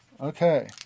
Okay